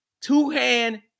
two-hand